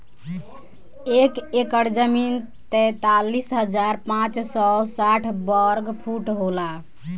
एक एकड़ जमीन तैंतालीस हजार पांच सौ साठ वर्ग फुट होला